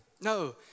no